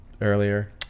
earlier